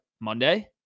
monday